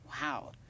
Wow